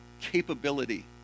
capability